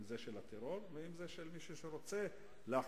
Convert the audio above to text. אם זה של הטרור ואם זה של מישהו שרוצה להחליש